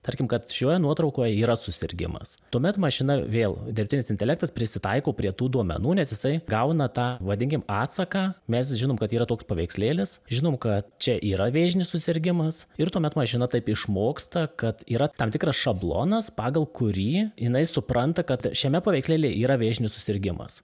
tarkim kad šioje nuotraukoje yra susirgimas tuomet mašina vėl dirbtinis intelektas prisitaiko prie tų duomenų nes jisai gauna tą vadinkim atsaką mes žinom kad yra toks paveikslėlis žinom kad čia yra vėžinis susirgimas ir tuomet mašina tai išmoksta kad yra tam tikras šablonas pagal kurį jinai supranta kad šiame paveikslėly yra vėžinis susirgimas